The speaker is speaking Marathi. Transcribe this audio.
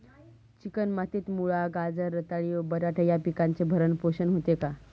चिकण मातीत मुळा, गाजर, रताळी व बटाटे या पिकांचे भरण पोषण होते का?